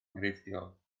enghreifftiol